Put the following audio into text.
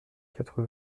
quatre